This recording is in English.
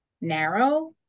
narrow